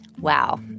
Wow